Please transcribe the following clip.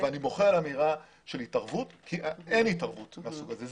ואני מוחה על האמירה של התערבות כי אין התערבות מהסוג הזה.